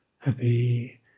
Happy